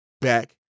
back